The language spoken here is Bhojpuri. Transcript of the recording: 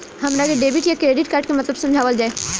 हमरा के डेबिट या क्रेडिट कार्ड के मतलब समझावल जाय?